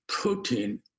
protein